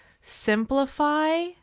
simplify